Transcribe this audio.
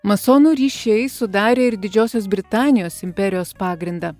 masonų ryšiai sudarė ir didžiosios britanijos imperijos pagrindą